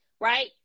right